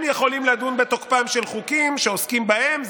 הם יכולים לדון בתוקפם של חוקים שעוסקים בהם,